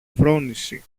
φρόνηση